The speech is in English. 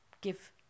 give